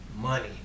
money